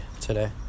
today